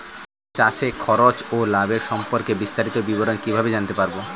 চাষে খরচ ও লাভের সম্পর্কে বিস্তারিত বিবরণ কিভাবে জানতে পারব?